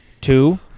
Two